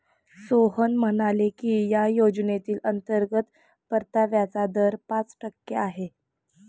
सोहन म्हणाले की या योजनेतील अंतर्गत परताव्याचा दर पाच टक्के आहे